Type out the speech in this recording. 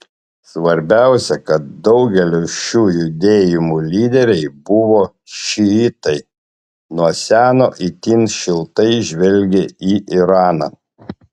svarbiausia kad daugelio šių judėjimų lyderiai buvo šiitai nuo seno itin šiltai žvelgę į iraną